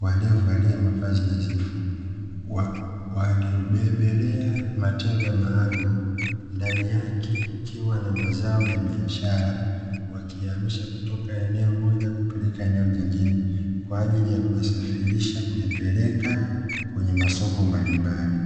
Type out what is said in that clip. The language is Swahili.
waliovalia mavazi nadhifu waliobebelea matenga maalumu ndani yake kukiwa na mazao ya biashara, wakiyahamisha kutoka eneo moja kupeleka eneo lingine kwa ajili ya kuyasafirisha kuyapeleka kwenye masoko mbalimbali.